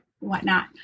whatnot